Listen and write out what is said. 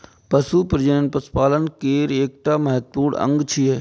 पशु प्रजनन पशुपालन केर एकटा महत्वपूर्ण अंग छियै